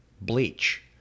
bleach